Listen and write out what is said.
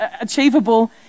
achievable